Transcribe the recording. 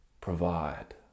provide